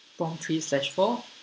prompt three slash four